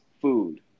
food